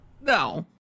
No